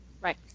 right